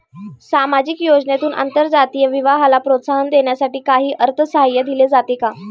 सामाजिक योजनेतून आंतरजातीय विवाहाला प्रोत्साहन देण्यासाठी काही अर्थसहाय्य दिले जाते का?